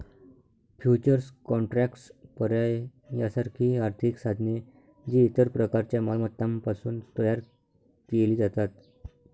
futures contracts, पर्याय यासारखी आर्थिक साधने, जी इतर प्रकारच्या मालमत्तांपासून तयार केली जातात